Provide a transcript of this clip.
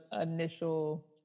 initial